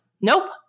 nope